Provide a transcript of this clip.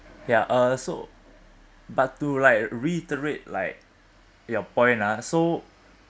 ya uh so but to like reiterate like your point ah so